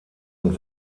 und